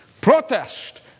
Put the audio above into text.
protest